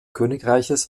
königreiches